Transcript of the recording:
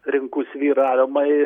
rinkų svyravimai